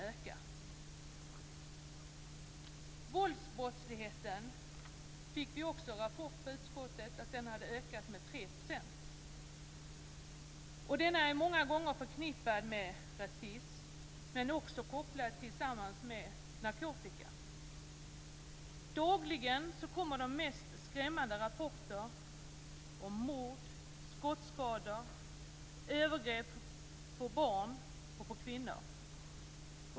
Vi fick också i utskottet en rapport om att våldsbrottsligheten har ökat med 3 %. Denna är många gånger förknippad med rasism, men också kopplad till narkotika. Dagligen kommer de mest skrämmande rapporter om mord, skottskador och övergrepp på barn och kvinnor.